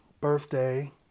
birthday